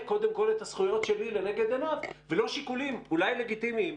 קודם כל את הזכויות שלי לנגד עיניו ולא שיקולים אולי לגיטימיים,